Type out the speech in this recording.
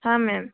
हाँ मैम